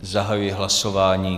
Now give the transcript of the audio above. Zahajuji hlasování.